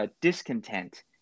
discontent